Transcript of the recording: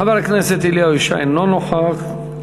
חבר הכנסת אלי ישי, אינו נוכח,